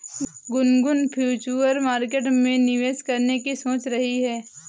Gungun future market में निवेश करने की सोच रही है